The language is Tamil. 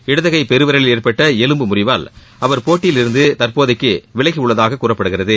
இடது கை பெருவிரலில் ஏற்பட்ட எலும்பு முறிவால் அவர் போட்டியில் இருந்து தற்போதைக்கு விலகி உள்ளதாக கூறப்படுகிறது